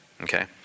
Okay